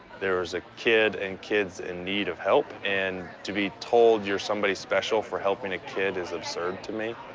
there was a kid and kids in need of help and to be told you're somebody special for helping a kid is absurd to me.